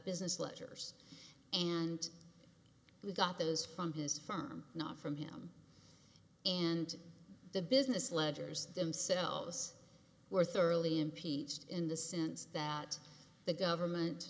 business letters and we got those from his firm not from him and the business ledgers themselves were thoroughly impeached in the sense that the government